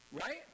Right